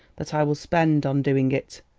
that i will spend on doing it.